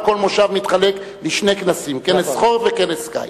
וכל מושב מתחלק לשני כנסים: כנס חורף וכנס קיץ.